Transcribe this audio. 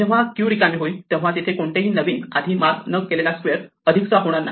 जेव्हा क्यू रिकामी होईल तेव्हा तिथे कोणताही नवीन आधी मार्क न केलेला स्क्वेअर अधिकचा होणार नाही